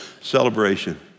celebration